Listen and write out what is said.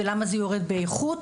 ולמה זה יורד באיכות?